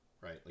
right